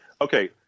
Okay